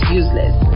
useless